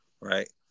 right